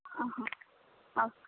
okay